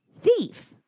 Thief